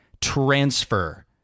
transfer